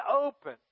open